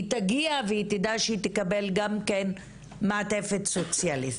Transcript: היא תגיע והיא תדע שהיא תקבל גם כן מעטפת סוציאלית.